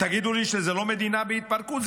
תגידו לי שזאת לא מדינה בהתפרקות,